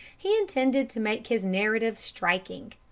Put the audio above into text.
he intended to make his narrative striking.